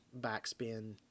backspin